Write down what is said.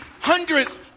hundreds